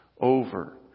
over